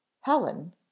helen